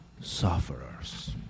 sufferers